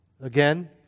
Again